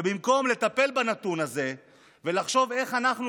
ובמקום לטפל בנתון הזה ולחשוב איך אנחנו